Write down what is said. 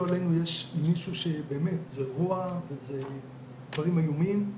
לא עלינו אם יש מישהו שבאמת זה רוע וזה דברים איומים,